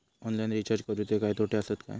Online recharge करुचे काय तोटे आसत काय?